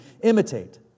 imitate